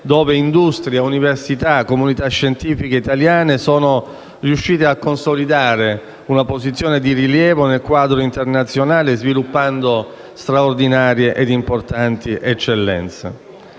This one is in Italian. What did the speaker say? dove industria, università e comunità scientifica italiane sono riuscite a consolidare una posizione di rilievo nel quadro internazionale, sviluppando straordinarie e importanti eccellenze.